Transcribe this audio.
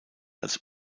als